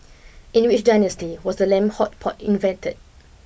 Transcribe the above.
in which dynasty was the lamb hot pot invented